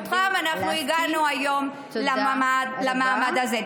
בזכותם אנחנו הגענו היום למעמד הזה.